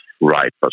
right